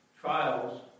Trials